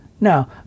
Now